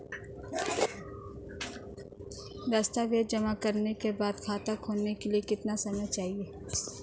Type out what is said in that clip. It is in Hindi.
दस्तावेज़ जमा करने के बाद खाता खोलने के लिए कितना समय चाहिए?